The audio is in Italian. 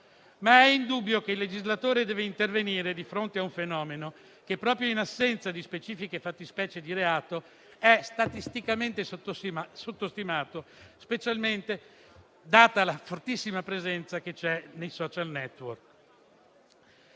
ma è indubbio che il legislatore debba intervenire di fronte a un fenomeno che, proprio in assenza di specifiche fattispecie di reato, è statisticamente sottostimato, specialmente data la fortissima presenza che c'è sui *social network.*